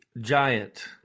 giant